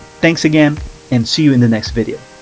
thanks again and see you in the next video!